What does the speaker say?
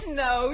no